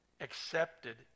accepted